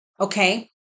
okay